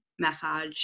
massage